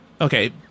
Okay